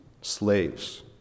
Slaves